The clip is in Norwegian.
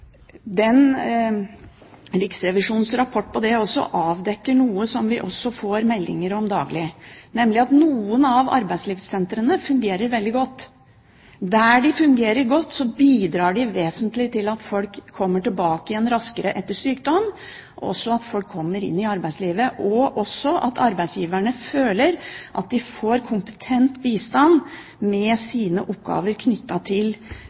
Riksrevisjonens rapport avdekker her også noe som vi får meldinger om daglig, nemlig at noen av arbeidslivssentrene fungerer veldig godt. Der de fungerer godt, bidrar de vesentlig til at folk kommer raskere tilbake etter sykdom, at folk kommer inn i arbeidslivet, og at arbeidsgiverne føler at de får kompetent bistand i sine oppgaver knyttet til